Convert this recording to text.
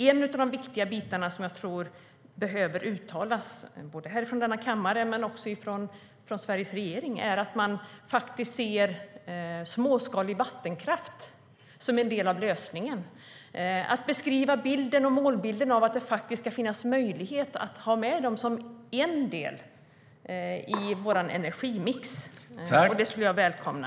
En viktig sak som jag tror behöver uttalas från denna kammare och också från Sveriges regering är att man ser småskalig vattenkraft som en del av lösningen i vår energimix. Det skulle jag välkomna.